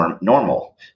normal